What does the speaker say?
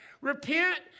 Repent